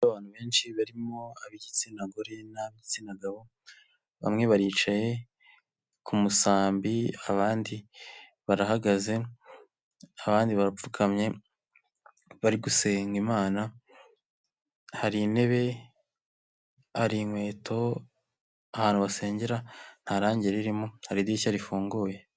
Abantu benshi barimo ab'igitsina gore n'ab'igitsina gabo bamwe baricaye ku musambi, abandi barahagaze, abandi barapfukamye, bari gusenga imana. Hari intebe, hari inkweto ahantu basengera. Nta rangi ririmo, hari idirishya rifunguye.